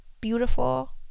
beautiful